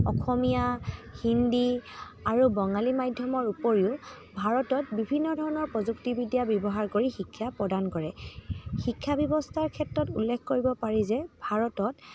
অসমীয়া হিন্দী আৰু বঙালী মাধ্যমৰ উপৰিও ভাৰতত বিভিন্ন ধৰণৰ প্ৰযুক্তিবিদ্যা ব্যৱহাৰ কৰি শিক্ষা প্ৰদান কৰে শিক্ষাব্যৱস্থাৰ ক্ষেত্ৰত উল্লেখ কৰিব পাৰি যে ভাৰতত